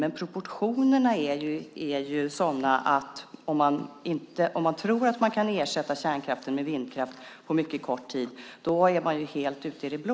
Men det är ju sådana proportioner - om man tror att man kan ersätta kärnkraften med vindkraft på mycket kort tid är man helt ute i det blå.